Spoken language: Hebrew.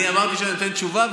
אני אמרתי שאני אתן תשובה,